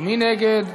מי נגד?